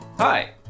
Hi